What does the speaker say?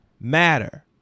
matter